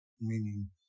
Meaning